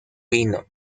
vino